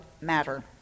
matter